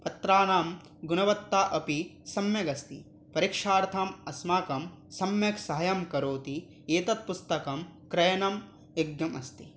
पत्राणां गुणवत्ता अपि सम्यगस्ति परिक्षार्थं अस्माकं सम्यक् सहाय्यं करोति एतत् पुस्तकं क्रयणयोग्यम् अस्ति